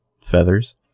Feathers